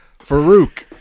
Farouk